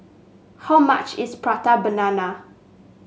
how much is Prata Banana